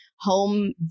home